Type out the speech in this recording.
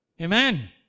Amen